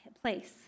place